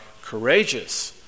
courageous